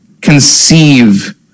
conceive